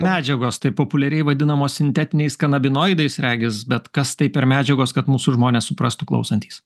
medžiagos tai populiariai vadinamos sintetiniais kanabinoidais regis bet kas tai per medžiagos kad mūsų žmonės suprastų klausantys